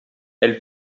elle